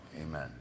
amen